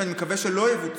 שאני מקווה שלא יבוצעו,